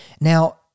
now